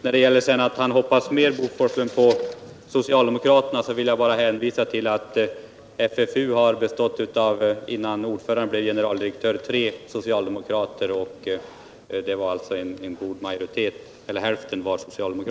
När Bo Forslund hoppas mer på socialdemokraterna, vill jag bara hänvisa till att i FFU innan dess ordförande blev generaldirektör fanns det tre socialdemokrater, dvs. halva antalet ledamöter.